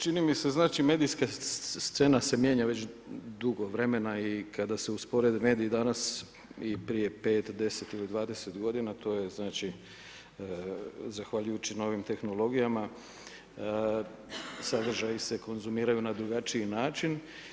Čini mi se znači medijska scena se mijenja već dugo vremena i kada se usporede mediji danas i prije 5, 10 ili 20 g. to je znači zahvaljujući novim tehnologijama, sadržaji se konzumiraju na drugačiji način.